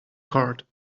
card